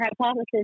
hypothesis